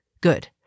Good